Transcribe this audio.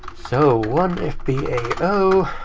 so, one f b a